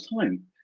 time